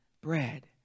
bread